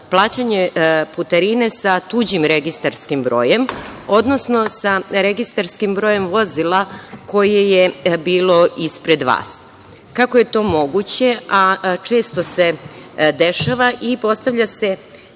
plaćanje putarine sa tuđim registarskim brojem, odnosno sa registarskim brojem vozila koje bilo ispred vas? Kako je to moguće, a često se dešava. Postavlja se